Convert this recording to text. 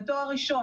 בתואר הראשון,